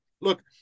Look